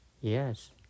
yes